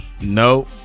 No